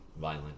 violent